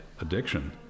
Addiction